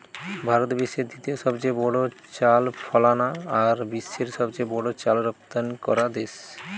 ভারত বিশ্বের দ্বিতীয় সবচেয়ে বড় চাল ফলানা আর বিশ্বের সবচেয়ে বড় চাল রপ্তানিকরা দেশ